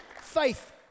Faith